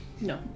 No